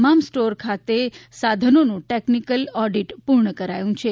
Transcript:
તમામ સ્ટોર ખાતેના સાધનોનું ટેકનીકલ ઓડીટ પૂર્ણ કરાયું છે